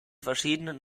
verschiedenen